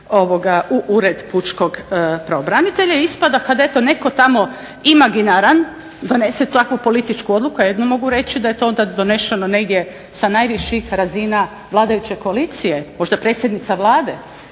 u ured pučkog pravobranitelja. Ispada kad eto netko tamo imaginaran donese takvu političku odluku, ja jedino mogu reći da je to onda donešeno negdje sa najviših razina vladajuće koalicije, možda predsjednica Vlade,